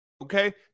Okay